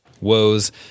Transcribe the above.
woes